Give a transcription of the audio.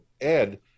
Ed